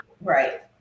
right